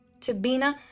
Tabina